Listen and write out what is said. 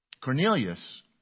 Cornelius